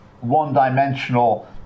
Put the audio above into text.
One-dimensional